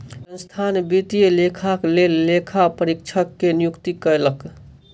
संस्थान वित्तीय लेखाक लेल लेखा परीक्षक के नियुक्ति कयलक